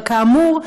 אבל כאמור,